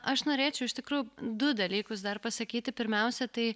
aš norėčiau iš tikrųjų du dalykus dar pasakyti pirmiausia tai